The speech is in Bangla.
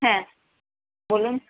হ্যাঁ বলুন